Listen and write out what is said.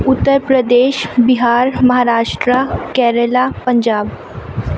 Uttar Pradesh Bihar Maharashtra Kerala Punjab